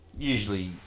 Usually